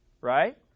right